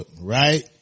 right